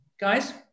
guys